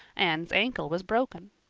anne's ankle was broken.